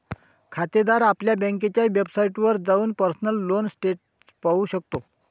खातेदार आपल्या बँकेच्या वेबसाइटवर जाऊन पर्सनल लोन स्टेटस पाहू शकतो